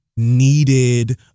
needed